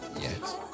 Yes